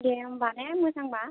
दे होमब्ला ने मोजांब्ला